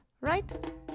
right